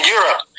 Europe